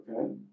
Okay